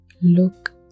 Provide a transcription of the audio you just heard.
look